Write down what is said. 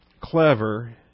clever